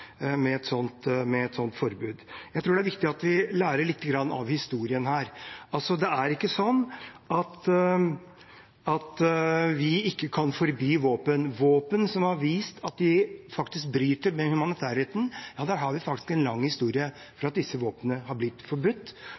med et sånt forbud. Jeg tror det er viktig at vi lærer litt av historien. Det er ikke sånn at vi ikke kan forby våpen. Vi har faktisk en lang historie for at våpen som har vist at de bryter med humanitærretten, har blitt forbudt.